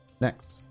next